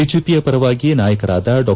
ಬಿಜೆಪಿಯ ಪರವಾಗಿ ನಾಯಕರಾದ ಡಾ